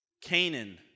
Canaan